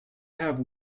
have